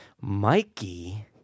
Mikey